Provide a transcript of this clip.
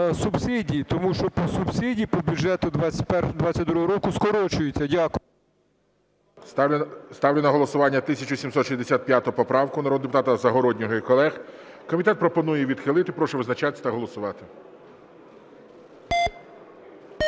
субсидії, тому що по субсидії по бюджету 2022 року скорочуються. Дякую. ГОЛОВУЮЧИЙ. Ставлю на голосування 1765 поправку народного депутата Загороднього і колег. Комітет пропонує її відхилити. Прошу визначатись та голосувати.